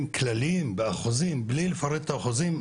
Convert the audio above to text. כלליים באחוזים בלי לפרט את האחוזים,